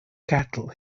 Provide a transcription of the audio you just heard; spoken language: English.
cattle